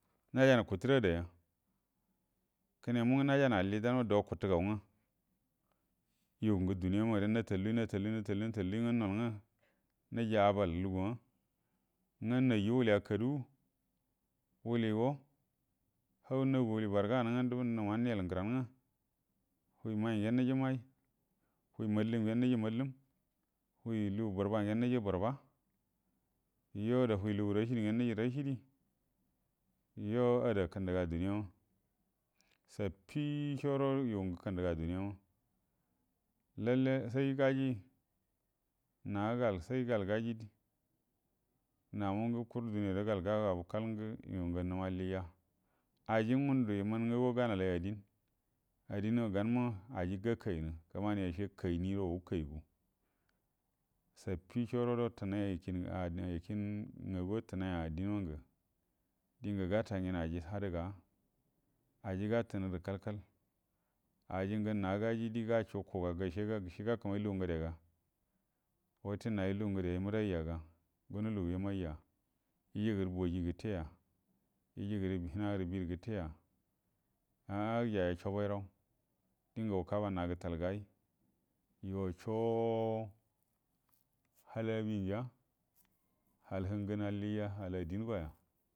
Najanə guttu rə adaya kənemu ngə najananə alli dana do guttugau nga yu ngə duniya mare natalli natalli natalli natalli nga nol nga niji abal luguwa nga naju wali a kadugu wuligo hau nggu wuli barəganə nga numa aiyel ngəranə nga huwi mai ngen niji mai huwi mallum ngen inji mallum huwi lugu bərəba ngenə niji bərəba yo ada humi lugu rashidi ngen niji rashidi yo ada kəndəga duniya ma shaffi sharo yu ngə kəndəga duniyama lalle sai gaji gal sai gal gaji na mungə kurə duniyare gal gagau kal ngə yu ngə numə allija aji ngundu imanə ngaguwa ganalai adinə adina ganəma aji gakainə kəmani ashe kaini ro wakaigu shaffi saro do tənai yakinə a-diyakinə ngaguwa tunaiya adinə mangə dinyə gata ngen aji hadəga'a aji gatunu rə kalə kalə ajingə na gaji di gashu kuga gəshega gəshe gakəmai lugu ngədega wute nayu lugu ngəde ayi mbədaiyaga gunə lugu imaija gəjərə boji gəteya yəgərə hinalgu birə gəteya a'a jaya shobairau dingə uko ba na gətal gai yo shoo halə abi ngiya hal həngani allija hall adingoya